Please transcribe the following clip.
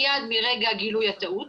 מיד מרגע גילוי הטעות.